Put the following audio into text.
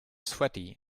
sweaty